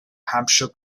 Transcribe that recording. hampshire